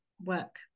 work